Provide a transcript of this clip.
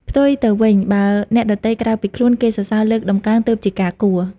ផ្ទុយទៅវិញ បើអ្នកដទៃក្រៅពីខ្លួន គេសរសើរលើកតម្កើងទើបជាការគួរ។